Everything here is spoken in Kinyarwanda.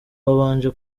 babanje